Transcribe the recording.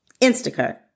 Instacart